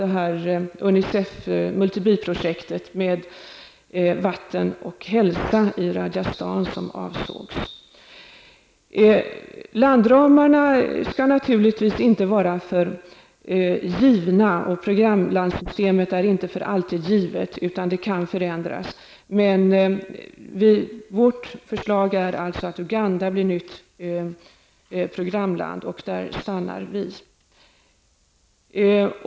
Jag förmodar att hon bl.a. avsåg Landramarna skall naturligtvis inte vara alltför givna, och programlandssystemet är inte för alltid givet. Det kan förändras, men vi föreslår alltså att Uganda blir nytt programland, och där stannar vi.